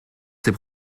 ses